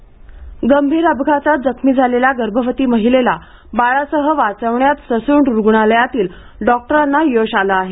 गर्भवती बचाव गंभीर अपघातात जखमी झालेल्या गर्भवती महिलेला बाळासह वाचवण्यात ससून रूग्णालयातील डॉक्टरांना यश आले आहे